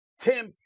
Tim